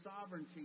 sovereignty